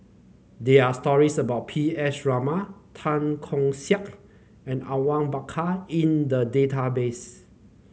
there are stories about P S Raman Tan Keong Saik and Awang Bakar in the database